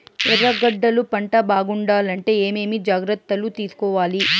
ఎర్రగడ్డలు పంట బాగుండాలంటే ఏమేమి జాగ్రత్తలు తీసుకొవాలి?